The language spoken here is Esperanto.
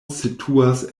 situas